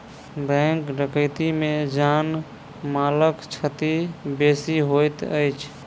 bank डकैती मे जान मालक क्षति बेसी होइत अछि